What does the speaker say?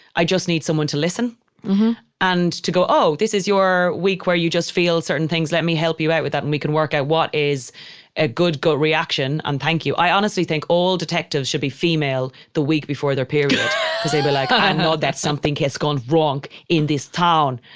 i just need someone to listen and to go, oh, this is your week where you just feel certain things. let me help you out with that. and we can work out what is a good gut reaction. and thank you. i honestly think all detectives should be female the week before their period cause they'd be like, i know that something has gone wrong in this town.